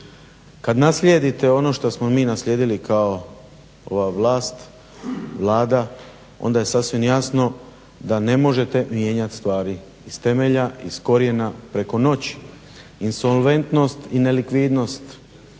Kad naslijedite ono što smo mi naslijedili kao ova vlast, Vlada onda je sasvim jasno da ne možete mijenjati stvari iz temelja, korijenja preko noći. Insolventnost i nelikvidnost,